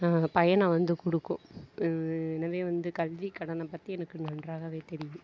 பயனை வந்து கொடுக்கும் எனவே வந்து கல்வி கடனை பற்றி எனக்கு நன்றாகவே தெரியும்